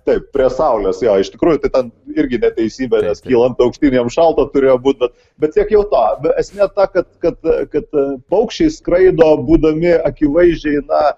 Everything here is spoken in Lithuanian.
taip prie saulės jo iš tikrųjų tai ten irgi neteisybė nes kylant aukštyn jam šalta turėjo būt bet bet tiek jau to esmė ta kad kad kad paukščiai skraido būdami akivaizdžiai na